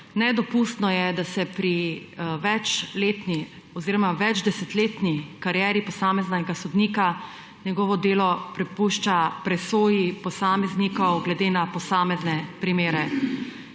Nedopustno je, da se pri večdesetletni karieri posameznega sodnika njegovo delo prepušča presoji posameznikov glede na posamezne primere.